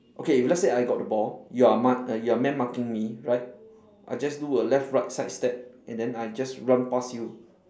okay if let's say I got the ball you are my you are man marking me right I just do a left right side step and then I just run pass you